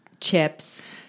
chips